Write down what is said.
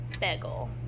bagel